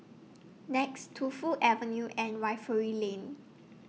Nex Tu Fu Avenue and Refinery Lane